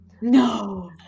No